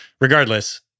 regardless